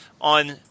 on